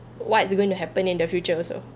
what's going to happen in the future also